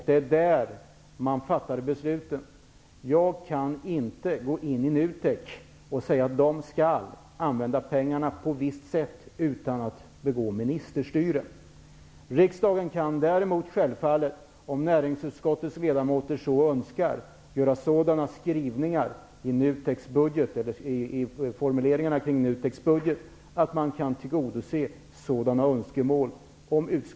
Det är där som besluten fattas. Jag kan dock inte gå in och säga att NUTEK skall använda pengarna på ett visst sätt utan att därmed begå ministerstyre. Däremot kan riksdagen självfallet, om näringsutskottets ledamöter så önskar, göra sådana formuleringar beträffande NUTEK:s budget att önskemålen tillgodoses.